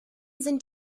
sind